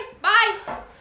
bye